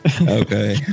Okay